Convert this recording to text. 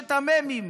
חמשת המ"מים,